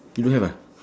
you don't have ah